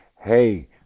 hey